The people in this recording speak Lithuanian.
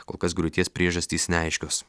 kol kas griūties priežastys neaiškios